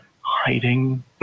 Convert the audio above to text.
hiding